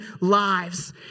lives